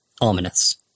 ominous